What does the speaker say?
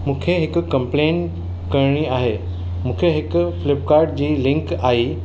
मूंखे हिकु कम्प्लेंट करिणी आहे मूंखे हिकु फिल्पकाट जी लिंक आई